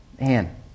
Man